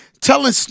telling